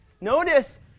notice